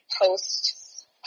post